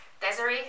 Desiree